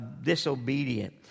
disobedient